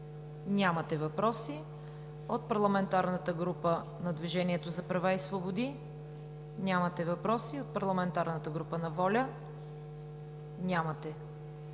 Нямате въпроси. От Парламентарната група на „Движението за права и свободи“? Нямате въпроси. От Парламентарната група на „Воля“? Нямате.